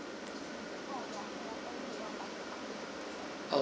o~